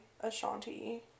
Ashanti